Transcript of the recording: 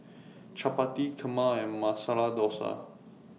Chapati Kheema and Masala Dosa